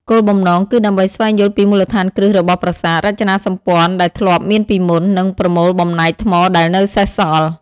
គោលបំណងគឺដើម្បីស្វែងយល់ពីមូលដ្ឋានគ្រឹះរបស់ប្រាសាទ រចនាសម្ព័ន្ធដែលធ្លាប់មានពីមុន និងប្រមូលបំណែកថ្មដែលនៅសេសសល់។